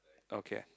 okay